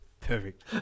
perfect